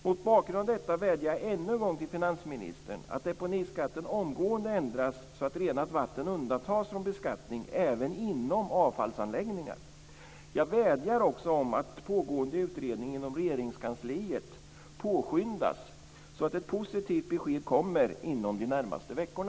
Mot bakgrund av detta vädjar jag ännu en gång till finansministern om att deponiskatten omgående ändras så att renat vatten undantas från beskattning även inom avfallsanläggningar. Jag vädjar också om att pågående utredning inom Regeringskansliet påskyndas så att ett positivt besked kommer inom de närmaste veckorna.